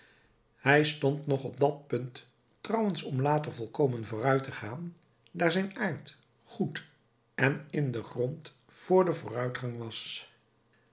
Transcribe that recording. hij stond nog op dat punt trouwens om later volkomen vooruit te gaan daar zijn aard goed en in den grond voor den vooruitgang was